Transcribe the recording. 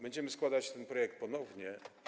Będziemy składać ten projekt ponownie.